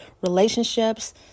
relationships